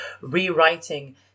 rewriting